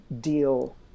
deal